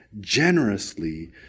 generously